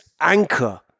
anchor